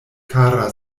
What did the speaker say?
kara